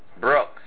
Brooks